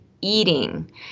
eating